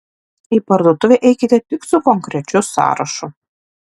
į parduotuvę eikite tik su konkrečiu sąrašu